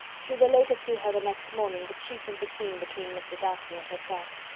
she related to her the next morning the chief of the scene between mr. darcy and herself.